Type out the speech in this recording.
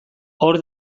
hor